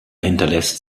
hinterlässt